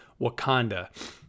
Wakanda